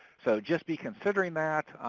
so just be considering that.